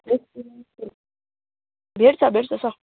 experience हो भेट्छ भेट्छ सर